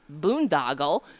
boondoggle